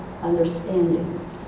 understanding